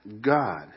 God